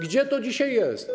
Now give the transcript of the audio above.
Gdzie to dzisiaj jest?